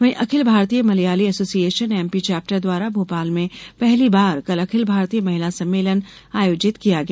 वहीं Akhil Bharatiya Malayali association MP chapter द्वारा भोपाल में पहली बार कल अखिल भारतीय महिला सम्मेलन आयोजित किया गया